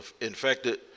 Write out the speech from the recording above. infected